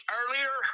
earlier